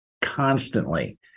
constantly